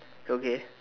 it's okay